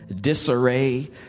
disarray